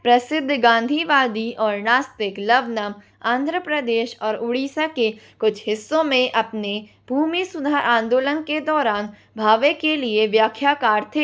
प्रसिद्ध गाँधीवादी और नास्तिक लवनम आंध्र प्रदेश और उड़ीसा के कुछ हिस्सों में अपने भूमि सुधार आंदोलन के दौरान भावे के लिए व्याख्याकार थे